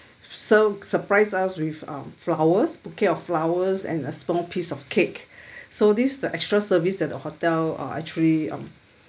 so surprised us with uh flowers bouquet of flowers and a small piece of cake so this the extra service that the hotel uh actually um